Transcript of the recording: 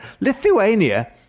Lithuania